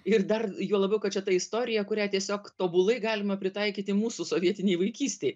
ir dar juo labiau kad čia ta istorija kurią tiesiog tobulai galima pritaikyti mūsų sovietinėj vaikystėj